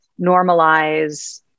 normalize